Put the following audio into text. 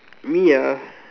me ah